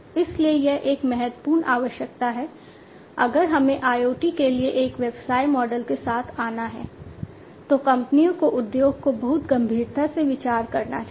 इसलिए यह एक बहुत महत्वपूर्ण आवश्यकता है अगर हमें IoT के लिए एक व्यवसाय मॉडल के साथ आना है तो कंपनियों को उद्योग को बहुत गंभीरता से विचार करना चाहिए